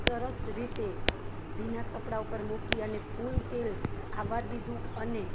સરસ રીતે ભીના કપડાં ઉપર મૂકી અને ફૂલ તેલ આવવા દીધું અને